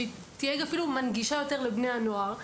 שתהיה יותר מנגישה עבור בני נוער.